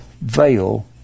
veil